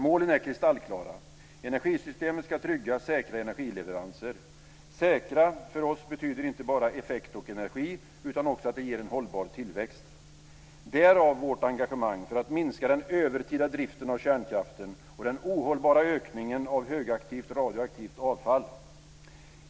Målen är kristallklara. Energisystemet ska trygga säkra energileveranser. Säkra för oss betyder inte bara effekt och energi utan också att de ger en hållbar tillväxt. Därav vårt engagemang för att minska den övertida driften av kärnkraften och den ohållbara ökningen av högaktivt radioaktivt avfall.